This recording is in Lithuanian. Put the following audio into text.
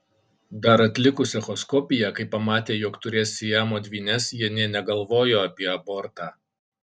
dar atlikus echoskopiją kai pamatė jog turės siamo dvynes jie nė negalvojo apie abortą